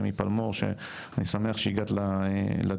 אמי פלמור שאני שמח שהגעת לדיון,